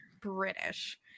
british